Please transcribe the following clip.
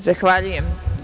Zahvaljujem.